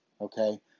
Okay